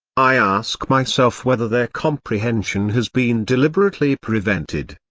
i ask myself whether their comprehension has been deliberately prevented.